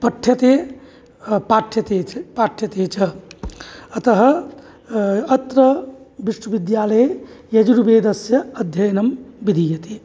पठ्यते पाठ्यते च पाठ्यते च अतः अत्र विश्वविद्यालये यजुर्वेदस्य अध्ययनं विधीयते